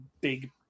big